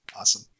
Awesome